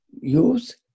use